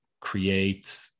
create